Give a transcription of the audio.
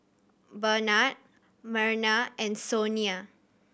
Barnard Merna and Sonia